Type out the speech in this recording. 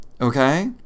Okay